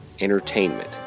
Entertainment